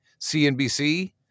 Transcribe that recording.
CNBC